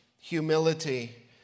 humility